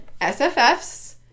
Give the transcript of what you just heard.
SFFs